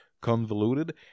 convoluted